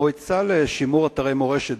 המועצה לשימור אתרי מורשת,